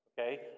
Okay